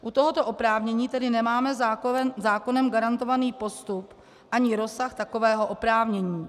U tohoto oprávnění tedy nemáme zákonem garantovaný postup ani rozsah takového oprávnění.